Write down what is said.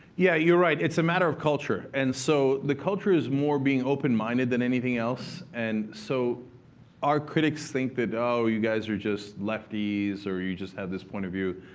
yeah, you're right. it's a matter of culture. and so the culture is more being open-minded than anything else. and so our critics think that, oh, you guys are just lefties, or you just have this point of view.